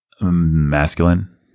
masculine